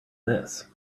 this